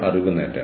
borrowing model